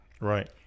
Right